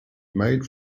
made